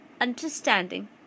understanding